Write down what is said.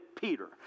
Peter